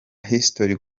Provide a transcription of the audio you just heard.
history